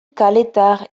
kaletar